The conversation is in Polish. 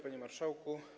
Panie Marszałku!